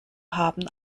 haben